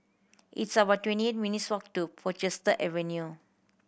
it's about twenty eight minutes' walk to Portchester Avenue